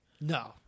No